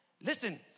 Listen